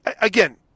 again –